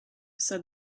said